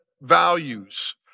values